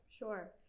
Sure